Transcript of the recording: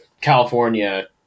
California